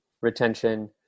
retention